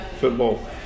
football